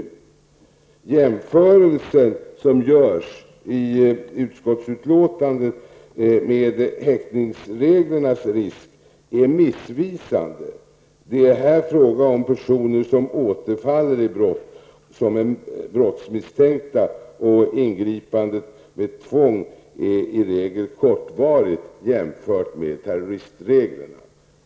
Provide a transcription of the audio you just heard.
Den jämförelse som görs i utskottsbetänkandet av häktningsreglernas risk är missvisande. Det är här fråga om personer som återfaller i brott och som är brottsmisstänkta. Ingripandet med tvång är i regel kortvarigt jämfört med terroristreglerna.